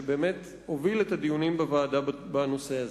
שבאמת הוביל את הדיונים בוועדה בנושא הזה,